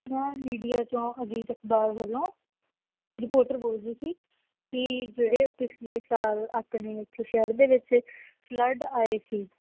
ਮੈਂ ਮੀਡੀਆ 'ਚੋਂ ਅਜੀਤ ਅਖ਼ਬਾਰ ਵੱਲੋਂ ਰਿਪੋਰਟਰ ਬੋਲ ਰਹੀ ਸੀ ਕਿ ਜਿਹੜੇ ਪਿਛਲੇ ਸਾਲ ਆਪਣੇ ਇੱਥੇ ਸ਼ਹਿਰ ਦੇ ਵਿੱਚ ਫਲੱਡ ਆਏ ਸੀ